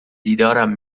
دیدارم